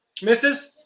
Mrs